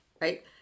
right